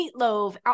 meatloaf